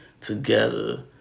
together